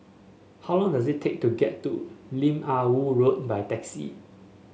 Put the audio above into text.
how long does it take to get to Lim Ah Woo Road by taxi